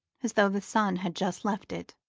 as though the sun had just left it.